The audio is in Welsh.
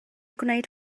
gwneud